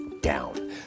down